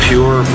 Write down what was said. Pure